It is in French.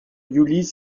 yulizh